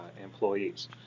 employees